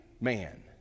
man